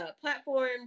platform